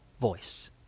voice